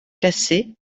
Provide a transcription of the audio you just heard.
cassée